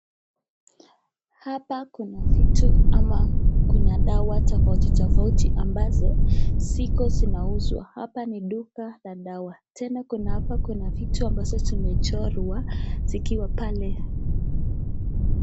Hapa kuna vitu ama kuna dawa tofauti tofauti ambazo ziko zinauzwa. Hapa ni duka la dawa. Tena kuna, hapa kuna vitu ambazo zimechorwa zikiwa pale.